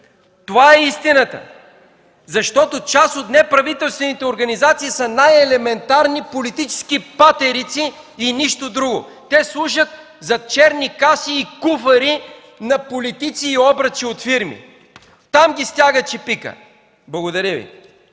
Това е истината. Защото част от неправителствените организации са най-елементарни политически патерици и нищо друго. Те служат за „черни каси” и куфари на политици и обръчи от фирми. Там ги стяга чепикът. Благодаря.